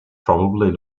probably